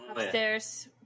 upstairs